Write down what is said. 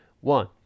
one